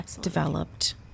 developed